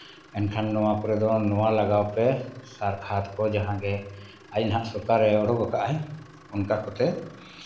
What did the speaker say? ᱮᱱᱠᱷᱟᱱ ᱱᱚᱣᱟ ᱠᱚᱨᱮ ᱫᱚ ᱱᱚᱣᱟ ᱞᱟᱜᱟᱣ ᱯᱮ ᱥᱟᱨ ᱠᱷᱟᱫᱽ ᱠᱚ ᱡᱟᱦᱟᱸᱜᱮ ᱟᱡ ᱱᱟᱦᱟᱸᱜ ᱥᱚᱨᱠᱟᱨᱮ ᱚᱰᱚᱠ ᱠᱟᱜᱼᱟᱭ ᱚᱱᱠᱟ ᱠᱚᱛᱮ